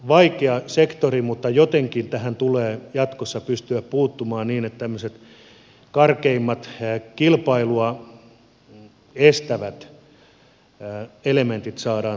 vaikea sektori mutta jotenkin tähän tulee jatkossa pystyä puuttumaan niin että tämmöiset karkeimmat kilpailua estävät elementit saadaan torjuttua pois